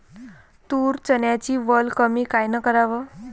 तूर, चन्याची वल कमी कायनं कराव?